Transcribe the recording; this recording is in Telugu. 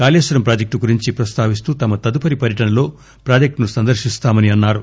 కాళేశ్వరం ప్రాజెక్టు గురించి ప్రస్తావిస్తూ తమ తదుపరి పర్యటనలో ప్రాజెక్టును సందర్శిస్తామని అన్నారు